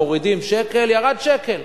מורידים שקל ירד שקל,